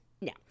no